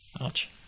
Ouch